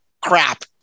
crap